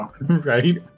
Right